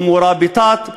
או "מֻראבטאת",